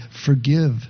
forgive